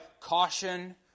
caution